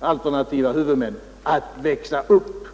alternativa huvudmän att växa upp.